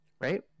right